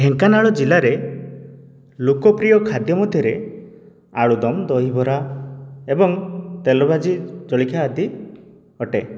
ଢେଙ୍କାନାଳ ଜିଲ୍ଲାରେ ଲୋକପ୍ରିୟ ଖାଦ୍ୟ ମଧ୍ୟରେ ଆଳୁଦମ୍ ଦହିବରା ଏବଂ ତେଲ ଭାଜି ଜଳଖିଆ ଆଦି ଅଟେ